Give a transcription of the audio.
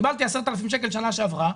קיבלתי בשנה שעברה 10,000 שקל,